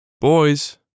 boys